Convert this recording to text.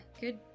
Good